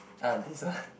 uh this one